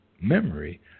memory